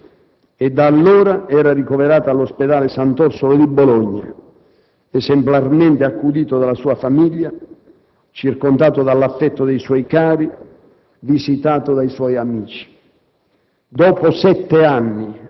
non si è mai più ripreso e, da allora, era ricoverato all'Ospedale Sant'Orsola di Bologna, esemplarmente accudito dalla sua famiglia, circondato dall'affetto dei suoi cari, visitato dai suoi amici.